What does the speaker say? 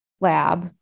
lab